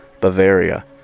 Bavaria